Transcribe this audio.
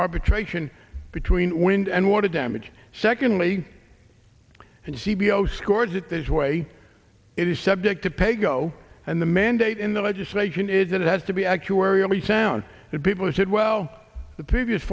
arbitration between wind and water damage secondly and g b o scores it this way it is subject to paygo and the mandate in the legislation is that it has to be actuarially sound that people said well the previous